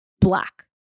black